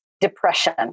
depression